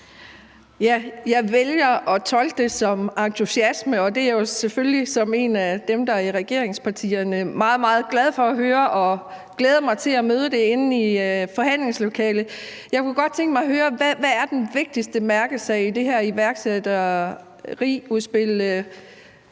Jeg vælger at tolke det som entusiasme, og det er jeg selvfølgelig som en af dem, der er i et af regeringspartierne, meget, meget glad for at høre, og jeg glæder mig til at mødes om det inde i forhandlingslokalet. Jeg kunne godt tænke mig at høre: Hvad er den vigtigste mærkesag i det her iværksætteriudspil